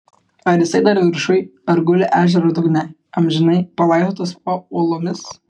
ar jisai dar viršuj ar guli ežero dugne amžinai palaidotas po uolomis